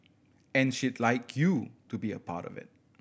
and she'd like you to be a part of it